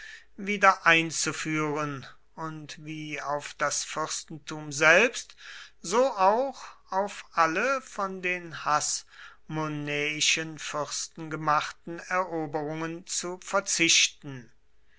wieder einzuführen und wie auf das fürstentum selbst so auch auf alle von den hasmonäischen fürsten gemachten eroberungen zu verzichten